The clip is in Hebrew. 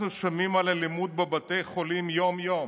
אנחנו שומעים על אלימות בבתי החולים יום-יום.